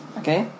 okay